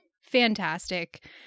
fantastic